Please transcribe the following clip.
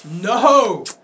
No